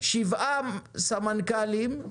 7 סמנכ"לים,